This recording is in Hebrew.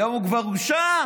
היום הוא כבר שם,